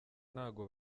ntago